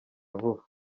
vuba